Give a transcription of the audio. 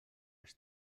els